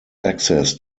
access